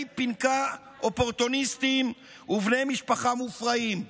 פנכה אופורטוניסטים ובני משפחה מופרעים.